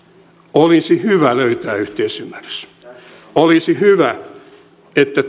olisi hyvä löytää yhteisymmärrys olisi hyvä että